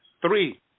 three